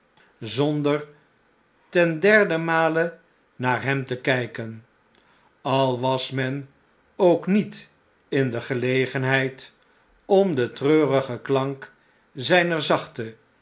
zonder ten derden male naar hem te kpen al was men ook niet in de gelegenheid om den treurigen klank zper zachte